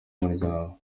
umuryango